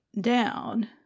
down